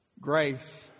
Grace